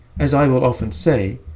as i will often say,